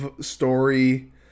story